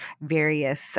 various